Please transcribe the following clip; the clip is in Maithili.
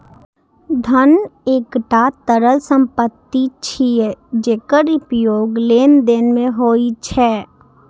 धन एकटा तरल संपत्ति छियै, जेकर उपयोग लेनदेन मे होइ छै